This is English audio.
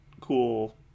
cool